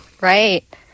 right